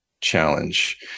challenge